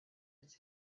its